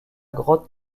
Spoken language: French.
grotte